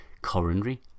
coronary